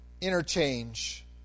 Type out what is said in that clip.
interchange